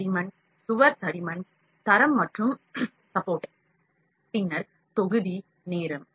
தடிமன் சுவர் தடிமன் தரம் மற்றும் ஆதரவு பின்னர் தொகுதிநேரம்